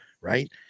right